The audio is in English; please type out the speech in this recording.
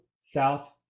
south